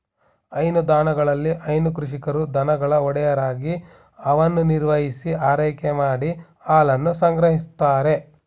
ಹೈನುದಾಣಗಳಲ್ಲಿ ಹೈನು ಕೃಷಿಕರು ದನಗಳ ಒಡೆಯರಾಗಿ ಅವನ್ನು ನಿರ್ವಹಿಸಿ ಆರೈಕೆ ಮಾಡಿ ಹಾಲನ್ನು ಸಂಗ್ರಹಿಸ್ತಾರೆ